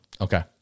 okay